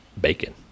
bacon